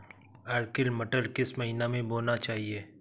Arkel मटर किस महीना में बोना चाहिए?